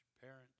parents